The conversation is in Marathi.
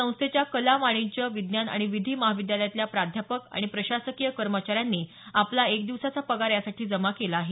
संस्थेच्या कला वाणिज्य विज्ञान आणि विधी महाविद्यालयातील प्राध्यापक आणि प्रशासकीय कर्मचाऱ्यांनी आपला एक दिवसाचा पगार यासाठी जमा केला आहे